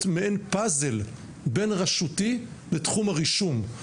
מעין פאזל בין-רשותי בתחום הרישום,